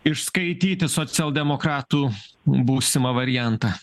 išskaityti socialdemokratų būsimą variantą